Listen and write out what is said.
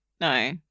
No